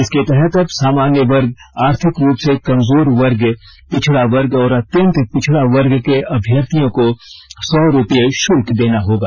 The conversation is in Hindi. इसके तहत अब सामान्य वर्ग आर्थिक रूप से कमजोर वर्ग पिछड़ा वर्ग और अत्यंत पिछड़ा वर्ग के अभ्यर्थियों को सौ रूपये शुल्क देना होगा